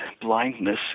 blindness